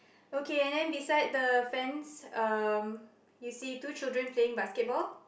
okay and then beside the fence um you see two children playing basketball